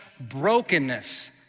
brokenness